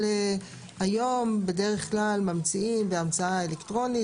אבל היום בדרך כלל ממציאים באמצעות תקשורת אלקטרונית